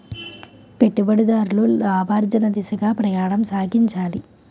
పెట్టుబడిదారులు లాభార్జన దిశగా ప్రయాణం సాగించాలి